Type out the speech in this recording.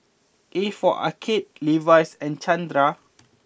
a for Arcade Levi's and Chanira